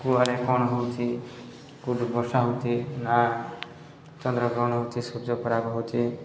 କୁଆଡ଼େ କ'ଣ ହେଉଛି କେଉଁଠୁ ବର୍ଷା ହେଉଛି ନା ଚନ୍ଦ୍ରଗ୍ରହଣ ହେଉଛି ସୂର୍ଯ୍ୟପରାପ ହେଉଛି